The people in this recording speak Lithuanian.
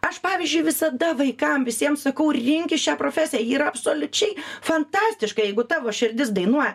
aš pavyzdžiui visada vaikam visiem sakau rinkis šią profesiją ni yra absoliučiai fantastiška jeigu tavo širdis dainuoja